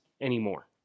anymore